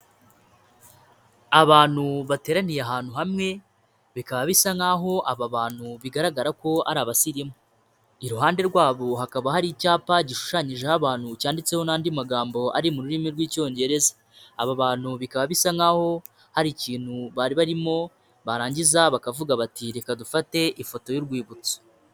Abantu bateraniye ahantu hamwe, bikaba bisa nk'aho aba bantu bigaragara ko ari abasirimu. Iruhande rwabo hakaba hari icyapa gishushanyijeho abantu cyanditseho n'andi magambo ari mu rurimi rw'Icyongereza. Aba bantu bikaba bisa nk'aho hari ikintu bari barimo barangiza bakavuga bati reka dufate ifoto y'urwibutso.